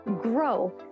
grow